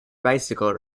bicycle